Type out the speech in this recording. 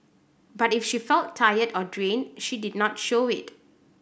but if she felt tired or drained she did not show it